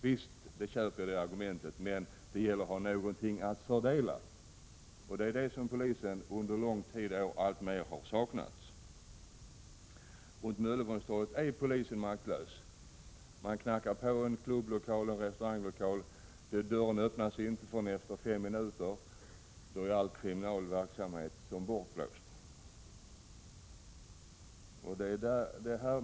Visst, det argumentet köper jag, men det gäller att ha någonting att fördela, och det har polisen under lång tid kommit att sakna alltmer. På Möllevångstorget är polisen maktlös. Man knackar på hos en klubblokal eller en restauranglokal. Dörren öppnas inte förrän efter fem minuter, och då är all kriminell verksamhet som bortblåst.